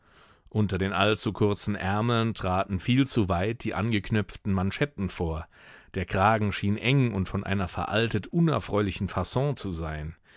unter den allzu kurzen ärmeln traten viel zu weit die angeknöpften manschetten vor der kragen schien eng und von einer veraltet unerfreulichen fasson zu sein